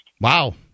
Wow